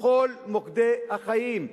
בכל מוקדי החיים,